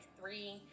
three